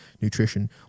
nutrition